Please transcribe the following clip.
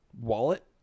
wallet